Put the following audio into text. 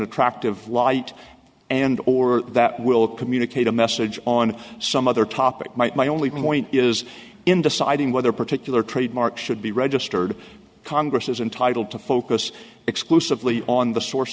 attractive light and or that will communicate a message on some other topic might my only point is in deciding whether a particular trademark should be registered congress is entitled to focus exclusively on the source